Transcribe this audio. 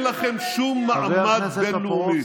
אין לכם שום מעמד בין-לאומי.